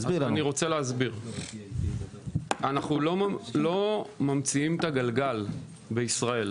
אנחנו לא ממציאים את הגלגל בישראל.